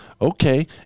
okay